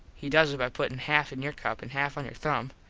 he does it by puttin half in your cup an half on your thumb.